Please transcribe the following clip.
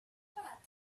bad